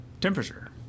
Temperature